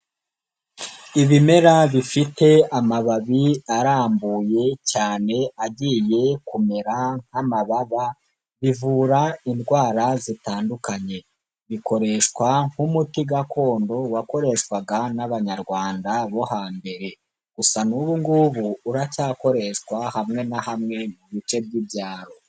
Ibimera bifite amababi arambuye cyane agiye kumera nk'amababa, bivura indwara zitandukanye, bikoreshwa nk'umuti gakondo wakoreshwaga n'abanyarwanda bo hambere, gusa n'ubu ngubu uracyakoreshwa hamwe na hamwe mu bice by'ibyaro.